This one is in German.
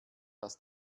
dass